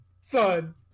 Son